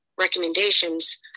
recommendations